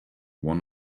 one